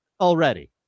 already